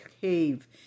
cave